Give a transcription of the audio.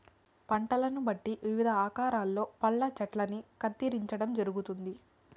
పంటలను బట్టి వివిధ ఆకారాలలో పండ్ల చెట్టల్ని కత్తిరించడం జరుగుతుంది